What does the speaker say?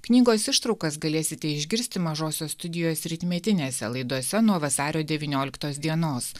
knygos ištraukas galėsite išgirsti mažosios studijos rytmetinėse laidose nuo vasario devynioliktos dienos